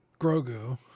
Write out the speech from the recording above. Grogu